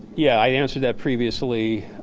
yeah i answered that previously.